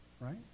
right